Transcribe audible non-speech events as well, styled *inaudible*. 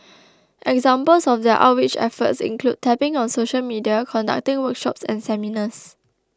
*noise* examples of their outreach efforts include tapping on social media conducting workshops and seminars